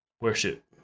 worship